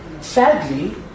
sadly